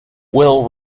will